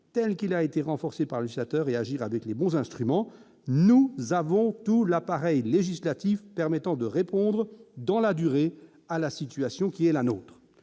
tel qu'il a été renforcé par le législateur, et agir avec les bons instruments. Nous avons tout l'appareil législatif permettant de répondre dans la durée à la situation qui est la nôtre.